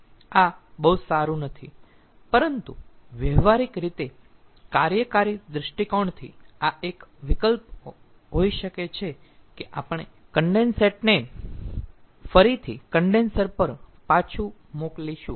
આ બહુ સારું નથી પરંતુ વ્યવહારિક રીતે કાર્યકારી દૃષ્ટિકોણથી આ એક વિકલ્પ હોઈ શકે છે કે આપણે કન્ડેન્સેટ ને ફરીથી કન્ડેન્સર પર પાછુ મોકલીશું